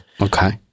Okay